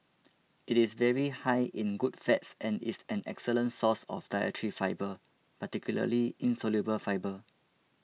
it is very high in good fats and is an excellent source of dietary fibre particularly insoluble fibre